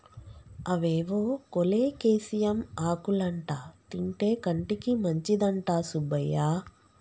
అవేవో కోలేకేసియం ఆకులంటా తింటే కంటికి మంచిదంట సుబ్బయ్య